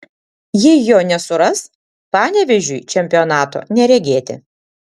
jei jo nesuras panevėžiui čempionato neregėti